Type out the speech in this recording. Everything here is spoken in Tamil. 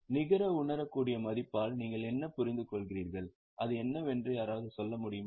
நிகர உணரக்கூடிய மதிப்பால் நீங்கள் என்ன புரிந்துகொள்கிறீர்கள் அது என்னவென்று யாராவது சொல்ல முடியுமா